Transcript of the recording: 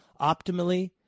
Optimally